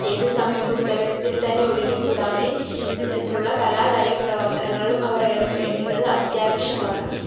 ഏത് സമയവും പുസ്തകത്തിൽ തന്നെ ഒതുങ്ങിക്കൂടാതെ ഇത്തരത്തിലുള്ള കലാകായിക പ്രവർത്തനങ്ങളിലും അവർ ഏർപ്പെടേണ്ടത് അത്യാവശ്യമാണ്